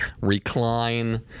recline